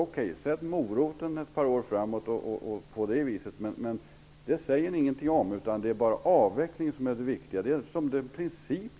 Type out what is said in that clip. Sätt moroten ett par år framåt, men det säger ni ingenting om. Det är bara avveckling som är det viktiga. Det gäller bara principen.